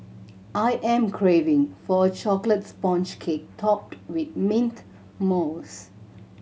I am craving for a chocolate sponge cake topped with mint mousse